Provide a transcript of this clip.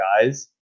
guys